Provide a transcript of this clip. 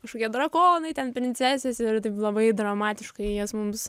kažkokie drakonai ten princesės ir taip labai dramatiškai jas mums